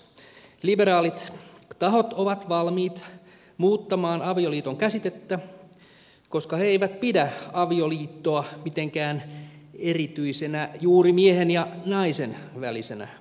liberaalit tahot ovat valmiit muuttamaan avioliiton käsitettä koska he eivät pidä avioliittoa mitenkään erityisenä juuri miehen ja naisen välisenä parisuhdemuotona